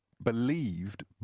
believed